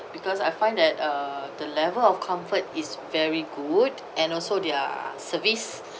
because I find that uh the level of comfort is very good and also their service